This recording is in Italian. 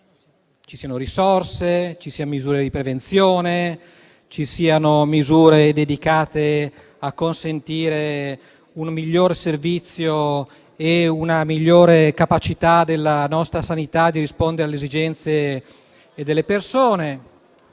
ci siano risorse, misure di prevenzione e misure dedicate a consentire un miglior servizio e una migliore capacità della nostra sanità di rispondere alle esigenze delle persone.